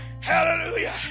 Hallelujah